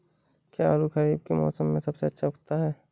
क्या आलू खरीफ के मौसम में सबसे अच्छा उगता है?